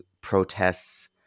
protests